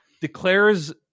declares